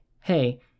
hey